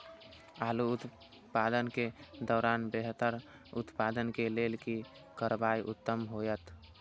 आलू उत्पादन के दौरान बेहतर उत्पादन के लेल की करबाक उत्तम होयत?